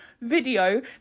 video